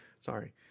Sorry